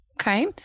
Okay